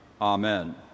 Amen